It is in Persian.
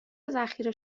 ذخیره